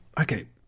okay